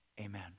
Amen